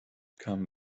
come